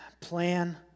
plan